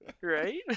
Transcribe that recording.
Right